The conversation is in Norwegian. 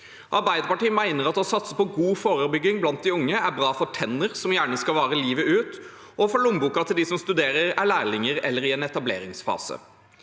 Arbeiderpartiet mener at å satse på god forebygging blant de unge er bra for tennene, som gjerne skal vare livet ut, og for lommeboka til dem som studerer, er lærlinger eller er i en etableringsfase.